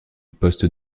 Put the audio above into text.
post